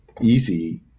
easy